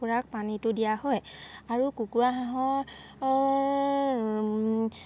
কুকুৰাক পানীটো দিয়া হয় আৰু কুকুৰা হাঁহৰৰ